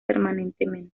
permanentemente